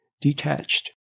detached